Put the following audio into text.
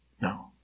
No